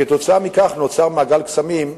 כתוצאה מכך, נוצר מעגל קסמים,